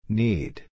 need